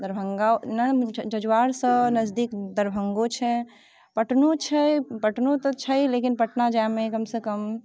दरभङ्गा ओना जजुआरसँ नजदीक दरभङ्गो छै पटनो छै पटना तऽ छै लेकिन पटना जाइमे कम से कम